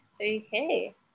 Okay